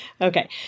Okay